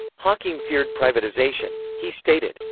hawking feared privatisation. he stated,